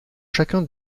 chacun